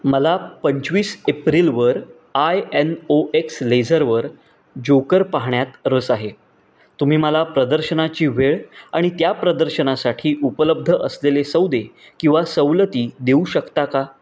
मला पंचवीस एप्रिलवर आय एन ओ एक्स लेझरवर जोकर पाहण्यात रस आहे तुम्ही मला प्रदर्शनाची वेळ आणि त्या प्रदर्शनासाठी उपलब्ध असलेले सौदे किंवा सवलती देऊ शकता का